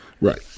right